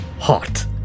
hot